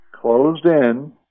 closed-in